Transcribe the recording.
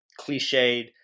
cliched